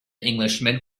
englishman